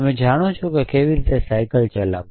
તમે જાણો છો કે કેવી રીતે સાયકલ ચલાવવી